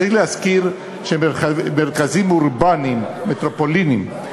צריך להזכיר שמרכזים אורבניים, מטרופוליניים,